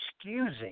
excusing